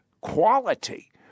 quality